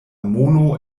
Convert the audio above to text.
mono